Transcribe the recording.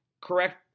correct